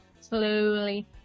slowly